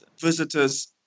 visitors